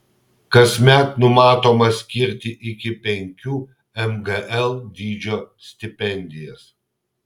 kasmet numatoma skirti iki penkių mgl dydžio stipendijas